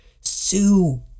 Sue